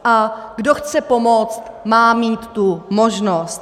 A kdo chce pomoct, má mít možnost.